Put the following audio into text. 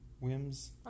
whims